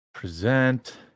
Present